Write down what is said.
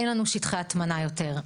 אין לנו שטחי הטמנה יותר.